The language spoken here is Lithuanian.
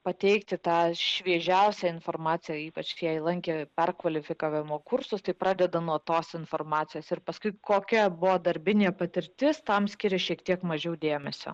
pateikti tą šviežiausią informaciją ypač jei lankė perkvalifikavimo kursus tai pradeda nuo tos informacijos ir paskui kokia buvo darbinė patirtis tam skiria šiek tiek mažiau dėmesio